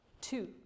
two